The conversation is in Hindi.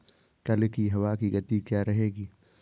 कल की हवा की गति क्या रहेगी?